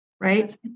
Right